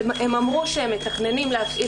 הם אמרו שהם מתכננים להפעיל